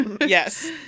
Yes